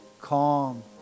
calm